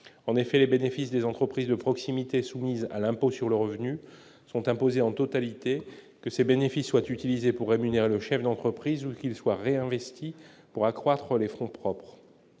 en effet, les bénéfices des entreprises de proximité soumises à l'impôt sur le revenu sont imposés en totalité que ces bénéfices soit utilisée pour rémunérer le chef d'entreprise ou qu'ils soient réinvestis pour accroître les fronts propre